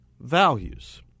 values